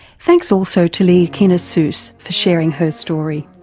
thanks also to leahkhana suos for sharing her story.